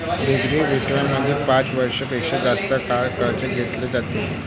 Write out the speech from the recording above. दीर्घ वित्तामध्ये पाच वर्षां पेक्षा जास्त काळ कर्ज घेतले जाते